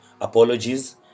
apologies